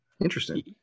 interesting